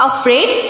Afraid